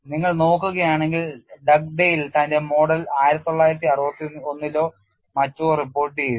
നിങ്ങൾ നോക്കുകയാണെങ്കിൽ ഡഗ്ഡേൽ തന്റെ മോഡൽ 1961 ലോ മറ്റോ റിപ്പോർട്ട് ചെയ്തു